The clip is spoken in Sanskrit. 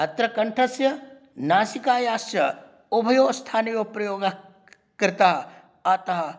अत्र कण्ठस्य नासिकायाश्च उभयोः स्थानयोः प्रयोगः कृतः अतः